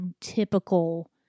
typical